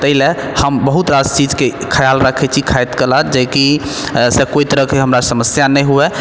ताहिलए हम बहुत रास चीजके खयाल राखै छी खाइत कला जाहिसँ कि ऐसा कोइ तरहके हमरा समस्या नहि हुअए